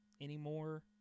anymore